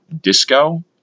disco